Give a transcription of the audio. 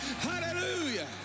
Hallelujah